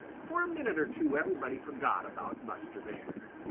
for a minute or two everybody forgot about buster bear.